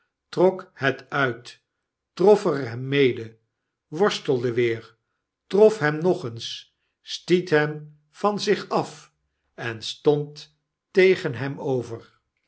trok het uit trof er hem mede worstelde weer trof hem nog eens stiet hem van zich af en stond tegen hem over